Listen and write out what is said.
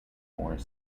more